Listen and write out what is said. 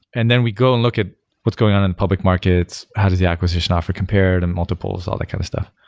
and then we go and look at what's going on in the public markets. how does the acquisition offer compared and multiples, all that kind of stuff.